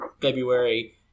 February